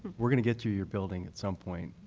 will get you your building at some point.